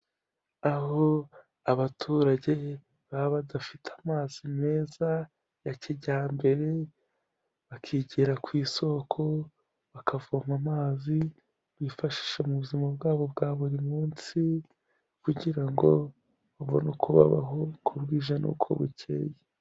Aho abaturage baba badafite amazi meza ya kijyambere, bakigira ku isoko bakavoma amazi, bifashisha mu buzima bwabo bwa buri munsi, kugira ngo babone uko babaho uko bwije n'uko bukeye.